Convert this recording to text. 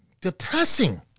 depressing